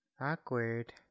Awkward